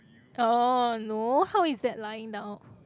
oh no how is that lying down